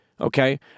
Okay